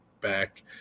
back